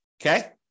okay